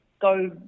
go